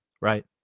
right